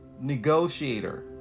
negotiator